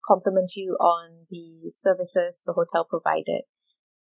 compliment you on the services the hotel provided